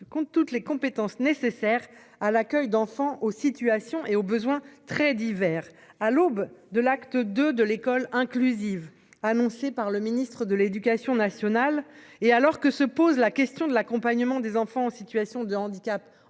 compte toutes les compétences nécessaires à l'accueil d'enfants aux situations et aux besoins très divers à l'aube de l'acte de de l'école inclusive annoncé par le ministre de l'Éducation nationale et alors que se pose la question de l'accompagnement des enfants en situation de handicap